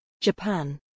Japan